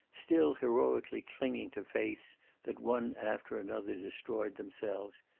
still heroically clinging to faiths that one after another destroyed themselves,